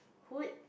hood